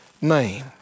name